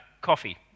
coffee